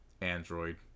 Android